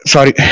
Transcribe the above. Sorry